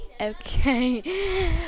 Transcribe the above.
Okay